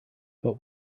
but